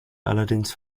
allerdings